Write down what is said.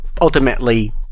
ultimately